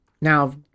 now